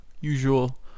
usual